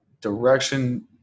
direction